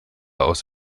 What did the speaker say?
aus